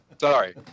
Sorry